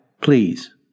Please